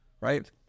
right